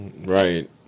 Right